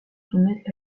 soumettent